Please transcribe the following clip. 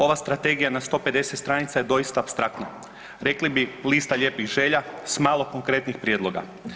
Ova strategija na 150 stranica je doista apstraktno, rekli bi lista lijepih želja s malo konkretnih prijedloga.